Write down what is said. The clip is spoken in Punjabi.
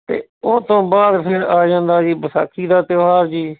ਅਤੇ ਉਹ ਤੋਂ ਬਾਅਦ ਫਿਰ ਆ ਜਾਂਦਾ ਜੀ ਵਿਸਾਖੀ ਦਾ ਤਿਉਹਾਰ ਜੀ